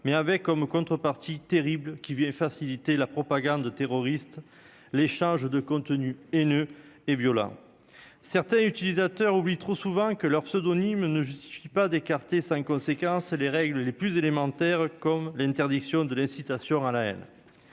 mais avec comme contrepartie terribles qui vit et faciliter la propagande terroriste les échange de contenu et ne et Viola, certains utilisateurs oublient trop souvent que leurs pseudonymes ne justifie pas d'écarter cinq conséquence, les règles les plus élémentaires, comme l'interdiction de l'incitation à la haine